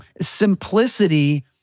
simplicity